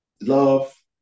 love